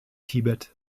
tibet